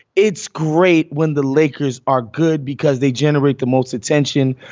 it's great when the lakers are good because they generate the most attention.